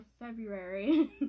February